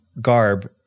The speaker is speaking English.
garb